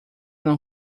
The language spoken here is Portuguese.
não